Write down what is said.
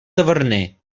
taverner